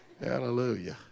Hallelujah